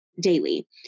daily